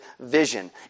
vision